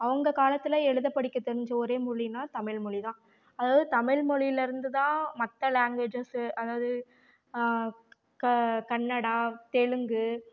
அவங்க காலத்தில் எழுத படிக்க தெரிஞ்ச ஒரே மொழினால் தமிழ்மொழி தான் அதாவது தமிழ்மொழிலேருந்து தான் மற்ற லாங்குவேஜஸ்ஸு அதாவது க கன்னடா தெலுங்கு